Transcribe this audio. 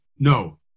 No